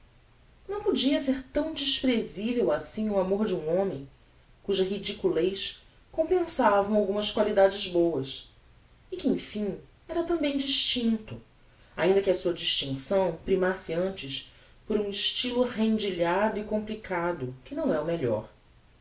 não podia ser tão despresivel assim o amor de um homem cuja ridiculez compensavam algumas qualidades boas e que emfim era tambem distincto ainda que a sua distincção primasse antes por um estylo rendilhado e complicado que não é o melhor